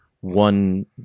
one